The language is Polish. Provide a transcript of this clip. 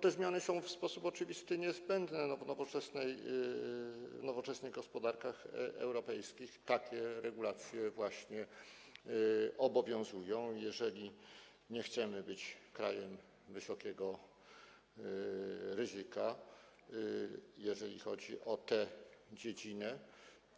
Te zmiany są w sposób oczywisty niezbędne, bo w nowoczesnych gospodarkach europejskich takie regulacje właśnie obowiązują, i jeżeli nie chcemy być krajem wysokiego ryzyka, jeżeli chodzi o tę dziedzinę,